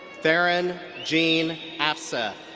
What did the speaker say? theron gene afseth.